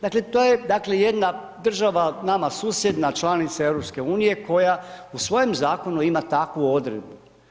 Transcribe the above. Dakle, to je dakle, jedna država nama susjedna članica EU, koja u svojem zakonu ima takvu odredbu.